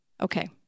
Okay